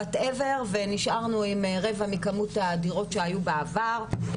וואט אוור ונשארנו עם רבע מכמות הדירות שהיו בעבר.